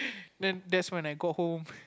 man that's when I got home